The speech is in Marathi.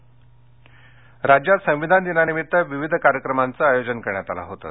संविधान दिन राज्यात संविधान दिनानिमित्त विविध कार्यक्रमांचं आयोजन करण्यात आलं होतं